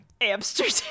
Amsterdam